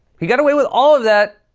he got away with all of that,